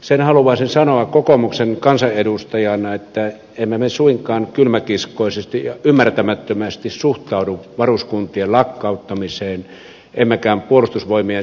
sen haluaisin sanoa kokoomuksen kansanedustajana että emme me suinkaan kylmäkiskoisesti ja ymmärtämättömästi suhtaudu varuskuntien lakkauttamiseen emmekä puolustusvoimien säästöihin